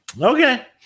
okay